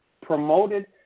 promoted